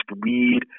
weed